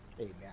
Amen